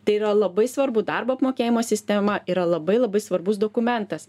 tai yra labai svarbu darbo apmokėjimo sistema yra labai labai svarbus dokumentas